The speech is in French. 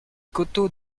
coteaux